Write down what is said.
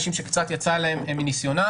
אולי אנשים שקצת יצא להם מניסיונם,